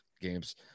games